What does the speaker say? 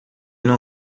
não